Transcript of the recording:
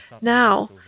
now